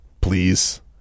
Please